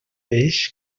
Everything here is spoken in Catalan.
eix